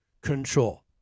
control